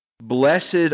Blessed